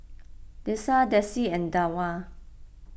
Dessa Desi and Dawna